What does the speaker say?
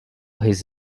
his